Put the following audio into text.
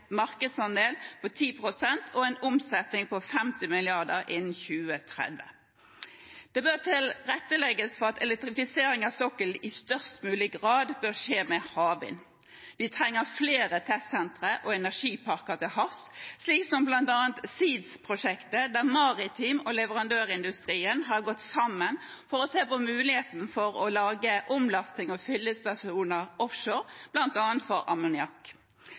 markedsandel på 10 pst. og en omsetning på 50 mrd. kr innen 2030. Det bør tilrettelegges for at elektrifisering av sokkelen i størst mulig grad skjer med havvind. Vi trenger flere testsentre og energiparker til havs, slik som bl.a. ZEEDS-prosjektet, der maritim industri og leverandørindustrien har gått sammen om å se på muligheten for å lage omlastings- og fyllestasjoner offshore, bl.a. for